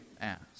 ask